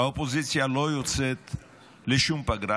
האופוזיציה לא יוצאת לשום פגרה.